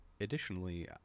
additionally